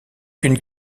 qu’une